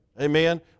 Amen